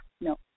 no